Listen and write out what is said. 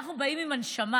אנחנו באים עם הנשמה.